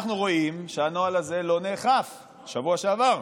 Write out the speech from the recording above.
אנחנו רואים שהנוהל הזה לא נאכף בשבוע שעבר.